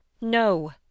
No